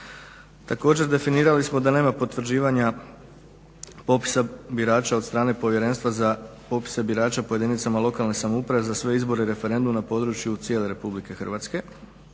Također definirali smo da nema potvrđivanja popisa birača od strane povjerenstva za popise birača po jedinicama lokalne samouprave za sve izbore, referendum na području cijele RH a ne usvojene